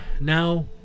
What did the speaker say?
now